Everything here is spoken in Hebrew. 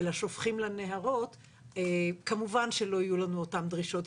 אלא שופכים לנהרות - כמובן שלא יהיו לנו אותן דרישות.